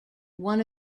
one